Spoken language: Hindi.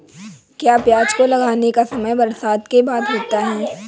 क्या प्याज को लगाने का समय बरसात के बाद होता है?